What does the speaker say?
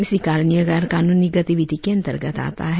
इसी कारण यह गैरकानूनी गतिविधि के अंतर्गत आता है